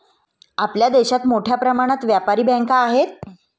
आपल्या देशात मोठ्या प्रमाणात व्यापारी बँका आहेत